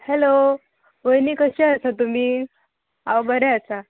hello वयनी कशें आसा तुमी हांव बरें आसा